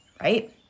right